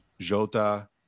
Jota